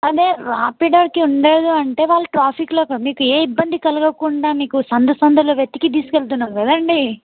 అదే ర్యాపిడోకి ఉండేది అంటే వాళ్ళు ట్రాఫిక్లో మీకు ఏ ఇబ్బంది కలగకుండా మీకు సందు సందుల్లో వెతికి తీసుకెళ్తున్నాం కదండి